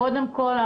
קודם כל,